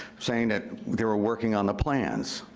saying they were working on the plans.